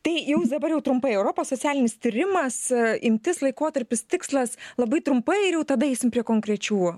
tai jums dabar jau trumpai europos socialinis tyrimas imtis laikotarpis tikslas labai trumpai ir jau tada eisim prie konkrečių